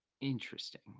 Interesting